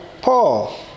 Paul